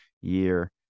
year